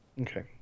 okay